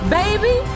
baby